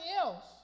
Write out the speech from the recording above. else